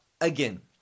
again